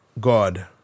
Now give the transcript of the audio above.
God